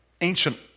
ancient